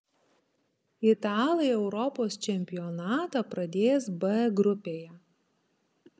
italai europos čempionatą pradės b grupėje